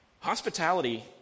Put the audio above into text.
Hospitality